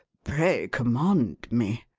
pray command me.